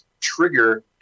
trigger